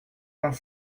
vingt